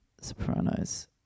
Sopranos